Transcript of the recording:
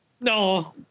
No